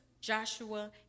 Joshua